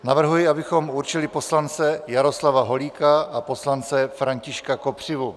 Navrhuji, abychom určili poslance Jaroslava Holíka a poslance Františka Kopřivu.